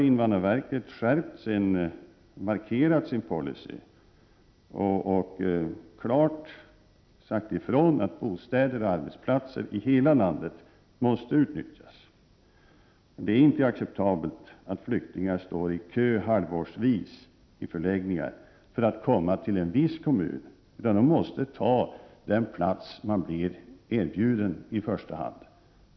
Invandrarverket har därför skärpt och markerat sin policy och klart sagt ifrån att bostäder och arbetsplatser i hela landet måste utnyttjas. Det är inte acceptabelt att flyktingar står halvårsvis i kö i förläggningar för att komma till en viss kommun. De måste ta den plats de i första hand blir erbjudna.